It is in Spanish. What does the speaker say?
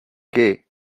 que